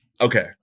okay